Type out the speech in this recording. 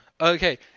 Okay